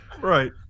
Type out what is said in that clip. Right